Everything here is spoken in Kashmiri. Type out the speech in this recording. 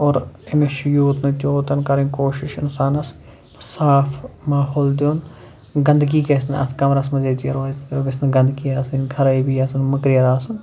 اور أمِس چھُ یوٗت نہٕ تیٛوٗت کَرٕنۍ کوٗشِش اِنسانس صاف ماحول دیُن گنٛدٕگی گَژھِ نہٕ اتھ کمرس منٛز ییٚتہِ یہِ روزِ تتہِ گَژھِ نہٕ گنٛدٕگی آسٕنۍ خرٲبی آسٕنۍ مٔکریر آسُن